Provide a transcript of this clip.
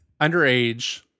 Underage